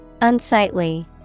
Unsightly